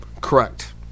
Correct